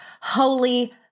Holy